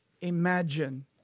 imagine